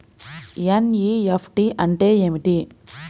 NEFT అంటే ఏమిటీ?